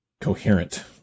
coherent